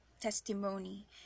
testimony